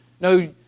No